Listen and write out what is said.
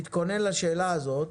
תתכונן לשאלה הזאת,